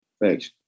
Thanks